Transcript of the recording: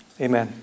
Amen